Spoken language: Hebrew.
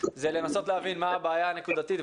זה לנסות להבין מה הבעיה הנקודתית,